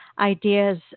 ideas